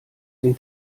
den